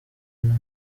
nta